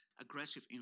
aggressive